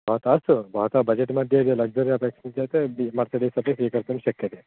भवतः अस्तु भवतः बजेट्मध्ये यदि लग्शुरि अपेक्षते चेत् जि मर्सडीस् अपि स्वीकर्तुं शक्यते